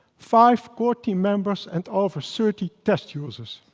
five core team members, and over thirty test users.